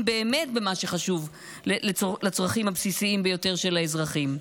באמת במה שחשוב לצרכים הבסיסיים ביותר של האזרחים.